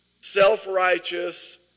self-righteous